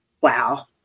Wow